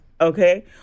Okay